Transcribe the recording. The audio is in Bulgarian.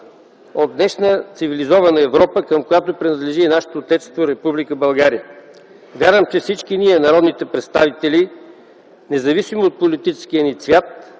от днешна цивилизована Европа, към която принадлежи и нашето отечество Република България. Вярвам, че всички ние, народните представители, независимо от политическия ни цвят